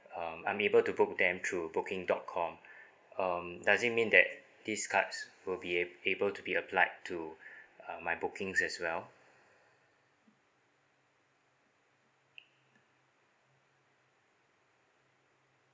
um I'm able to book them through booking dot com um does it mean that these cards will be able to be applied to uh my bookings as well